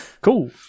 cool